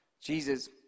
Jesus